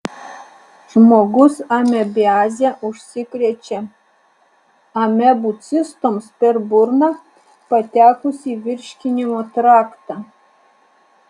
žmogus amebiaze užsikrečia amebų cistoms per burną patekus į virškinimo traktą